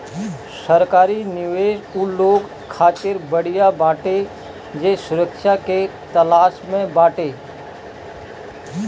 सरकारी निवेश उ लोग खातिर बढ़िया बाटे जे सुरक्षा के तलाश में बाटे